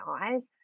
eyes